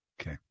Okay